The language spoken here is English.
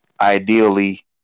Ideally